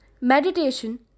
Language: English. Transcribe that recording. Meditation